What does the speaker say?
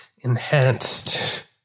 Enhanced